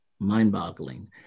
mind-boggling